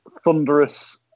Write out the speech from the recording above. Thunderous